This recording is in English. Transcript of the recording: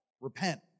Repent